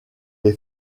est